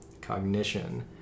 cognition